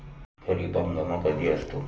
खरीप हंगाम हा कधी असतो?